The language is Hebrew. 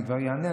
אני כבר אענה.